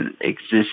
exist